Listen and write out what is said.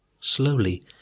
slowly